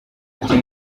ati